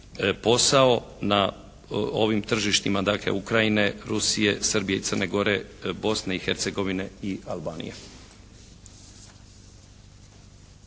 posao na ovim tržištima, dakle Ukrajine, Rusije, Srbije i Crne Gore, Bosne i Hercegovine i Albanije.